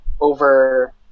over